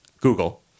Google